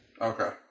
Okay